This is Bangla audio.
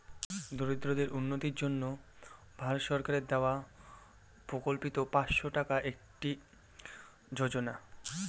দরিদ্রদের উন্নতির জন্য ভারত সরকারের দেওয়া প্রকল্পিত পাঁচশো টাকার একটি যোজনা